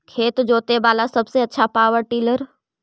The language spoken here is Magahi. खेत जोते बाला सबसे आछा पॉवर टिलर?